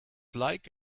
like